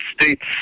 States